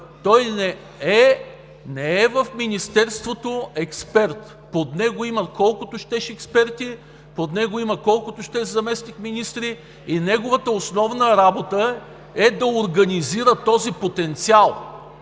експерт в Министерството. Под него има колкото щеш експерти, под него има колкото щеш заместник-министри и неговата основна работа е да организира този потенциал.